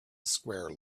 square